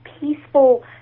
peaceful